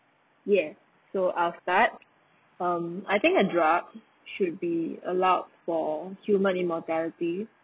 yeah so I'll start um I think a drug should be allowed for human immortality